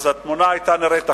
אז התמונה היתה נראית אחרת.